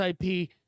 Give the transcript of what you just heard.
ip